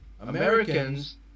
Americans